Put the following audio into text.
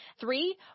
three